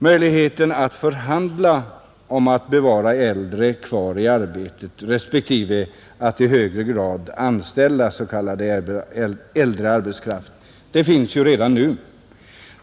Möjligheten att förhandla om att bevara äldre kvar i arbetet respektive att i högre grad anställa s.k. äldre arbetskraft finns ju redan nu.